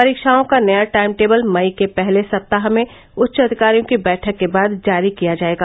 परीक्षाओं का नया टाइम टेबल मई के पहले सप्ताह में उच्च अधिकारियों की बैठक के बाद जारी किया जाएगा